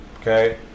Okay